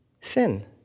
Sin